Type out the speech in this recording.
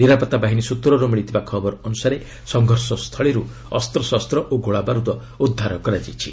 ନିରାପତ୍ତା ବାହିନୀ ସୂତ୍ରରୁ ମିଳିଥିବା ଖବର ଅନୁସାରେ ସଂଘର୍ଷ ସ୍ଥଳୀରୁ ଅସ୍ତଶସ୍ତ ଓ ଗୋଳାବାରୁଦ ଉଦ୍ଧାର କରାଯାଇଛି